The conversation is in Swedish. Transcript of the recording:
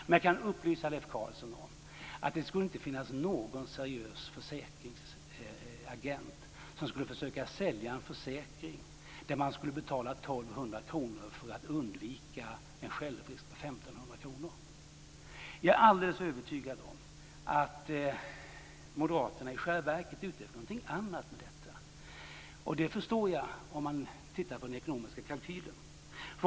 Men jag kan upplysa Leif Carlson om att det inte skulle kunna finnas någon seriös försäkringsagent som skulle försöka sälja en försäkring där man skulle betala 1 200 kr för att undvika en självrisk på 1 500 Jag är alldeles övertygad om att Moderaterna i själva verket är ute efter någonting här. Det förstår jag utifrån den ekonomiska kalkylen.